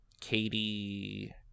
Katie